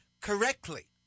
correctly